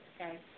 okay